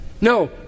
No